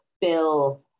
bill